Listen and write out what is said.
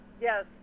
Yes